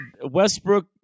Westbrook